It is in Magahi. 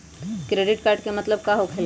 क्रेडिट कार्ड के मतलब का होकेला?